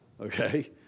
okay